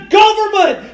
government